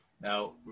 Now